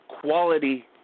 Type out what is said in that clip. Quality